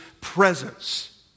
presence